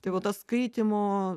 tai va tas skaitymo